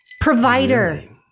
Provider